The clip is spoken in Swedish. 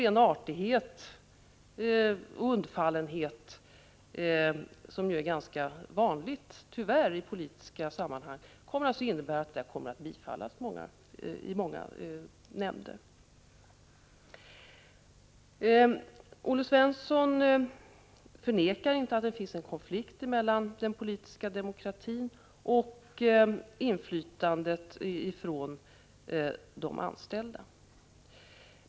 Ren artighet och undfallenhet, som tyvärr är ganska vanligt i politiska sammanhang, kommer att medföra att närvarokraven kommer att bifallas i många nämnder. Olle Svensson förnekar inte att det finns en konflikt mellan den politiska demokratin och inflytandet från de anställda.